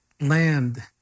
land